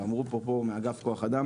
ואמרו כאן מאגף כוח אדם